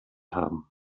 haben